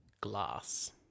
glass